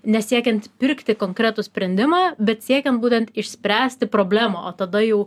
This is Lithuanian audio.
nesiekiant pirkti konkretų sprendimą bet siekiant būtent išspręsti problemą o tada jau